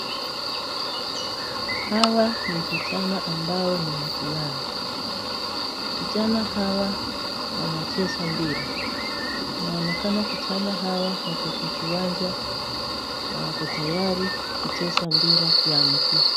Hawa ni vijana ambao ni wavulana. Vijana hawa wanacheza mpira, inaonekana vijana hawa wako kwa kiwanja na wako tayari kucheza mpira ya mguu.